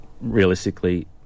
realistically